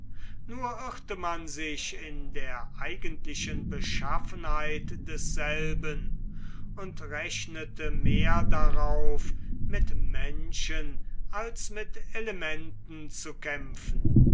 nur irrte man sich in der eigentlichen beschaffenheit desselben und rechnete mehr darauf mit menschen als mit elementen zu kämpfen